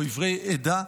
או עיוורי עדה,